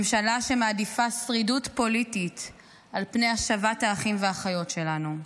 ממשלה שמעדיפה שרידות פוליטית על פני השבת האחים והאחיות שלנו,